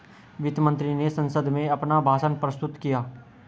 वित्त मंत्री ने संसद में अपना भाषण प्रस्तुत किया